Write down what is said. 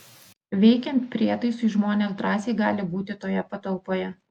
veikiant prietaisui žmonės drąsiai gali būti toje patalpoje